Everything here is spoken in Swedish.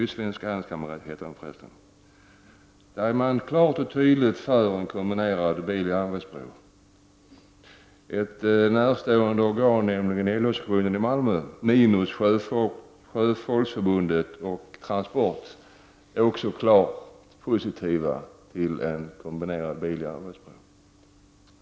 Där är man klart och tydligt för en kombinerad biloch järnvägsbro. Ett närstående organ, nämligen LO-sektionen i Malmö — utom Sjöfolksförbundet och Transportarbetareförbundet — är också klart positivt till en kombinerad biloch järnvägsbro.